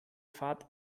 fahrt